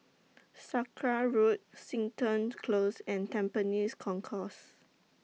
Sakra Road Seton Close and Tampines Concourse